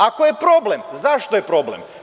Ako je problem, zašto je problem?